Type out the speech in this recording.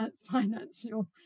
financial